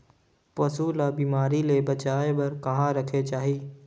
पशु ला बिमारी ले बचाय बार कहा रखे चाही?